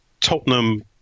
Tottenham